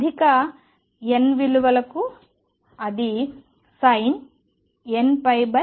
అధిక n విలువ లకు అది sin nπL x అవుతుంది